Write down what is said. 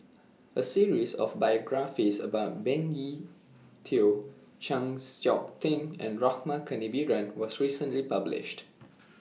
A series of biographies about Benny Se Teo Chng Seok Tin and Rama Kannabiran was recently published